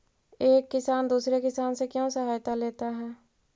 एक किसान दूसरे किसान से क्यों सहायता लेता है?